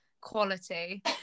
quality